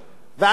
ואני,